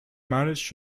marriage